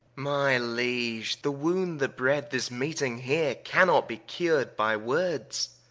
my liege, the wound that bred this meeting here, cannot be cur'd by words,